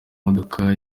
modoka